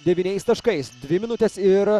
devyniais taškais dvi minutės ir